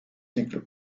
die